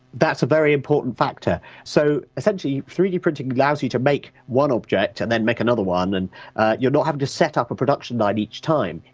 that's a very important factor. so essentially three d printing allows you to make one object and then make another one, and you're not having to set up a production line each time.